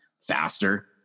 faster